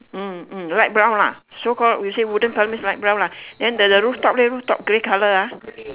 hmm hmm light brown ah so called you say wooden colour means light brown lah then the the rooftop leh rooftop grey colour ah